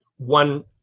One